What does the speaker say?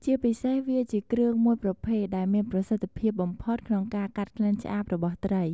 ជាពិសេស វាជាគ្រឿងមួយប្រភេទដែលមានប្រសិទ្ធិភាពបំផុតក្នុងកាត់ក្លិនឆ្អាបរបស់ត្រី។